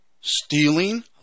stealing